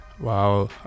Wow